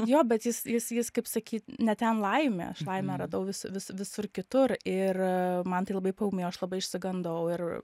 jo bet jis jis jis kaip sakyt ne ten laimė aš laimę radau vis vis visur kitur ir man tai labai paūmėjo aš labai išsigandau ir